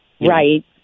Right